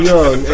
Young